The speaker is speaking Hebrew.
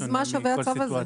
אז מה שווה הצו הזה?